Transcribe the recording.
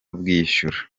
bwishyura